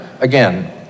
again